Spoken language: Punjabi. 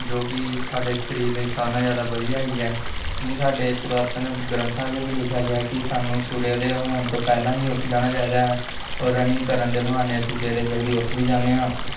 ਜੋ ਕਿ ਸਾਡੇ ਸਰੀਰ ਲਈ ਸਾਰਿਆਂ ਨਾਲੋਂ ਜ਼ਿਆਦਾ ਵਧੀਆ ਹੈਗੀ ਹੈ ਕਿਉਂਕਿ ਸਾਡੇ ਪੁਰਾਤਨ ਗ੍ਰੰਥਾਂ 'ਚ ਵੀ ਲਿਖਿਆ ਗਿਆ ਹੈ ਕਿ ਸਾਨੂੰ ਸੂਰਿਆ ਉਦੇ ਹੋਣ ਤੋਂ ਪਹਿਲਾਂ ਹੀ ਉੱਠ ਜਾਣਾ ਚਾਹੀਦਾ ਹੈ ਔਰ ਰਨਿੰਗ ਕਰਨ ਦੇ ਬਹਾਨੇ ਅਸੀਂ ਸਵੇਰੇ ਜਲਦੀ ਉੱਠ ਵੀ ਜਾਂਦੇ ਹਾਂ